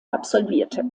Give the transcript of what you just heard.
absolvierte